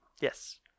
Yes